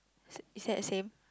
is is that the same